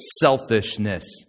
selfishness